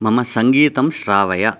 मम सङ्गीतं श्रावय